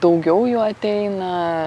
daugiau jų ateina